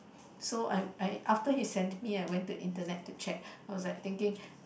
so I I after he send me I went to the internet to check I was thinking